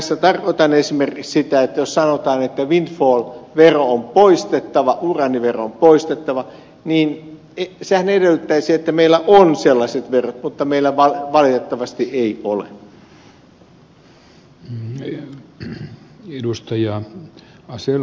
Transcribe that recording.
ja tässä tarkoitan esimerkiksi sitä että jos sanotaan että windfall vero on poistettava uraanivero on poistettava niin sehän edellyttäisi että meillä on sellaiset verot mutta meillä valitettavasti ei ole